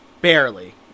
Barely